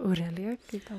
aurelija kaip tau